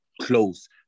close